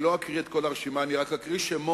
אני לא אקריא את כל הרשימה, אני רק אקריא שמות